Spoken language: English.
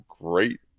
great